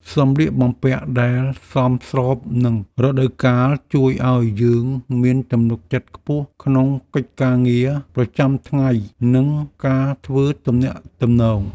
សម្លៀកបំពាក់ដែលសមស្របនឹងរដូវកាលជួយឱ្យយើងមានទំនុកចិត្តខ្ពស់ក្នុងកិច្ចការងារប្រចាំថ្ងៃនិងការធ្វើទំនាក់ទំនង។